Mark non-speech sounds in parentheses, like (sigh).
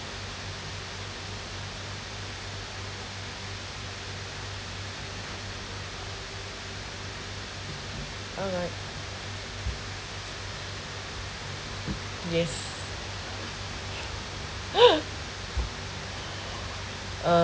alright yes (laughs) uh